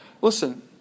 listen